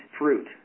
fruit